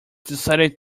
decided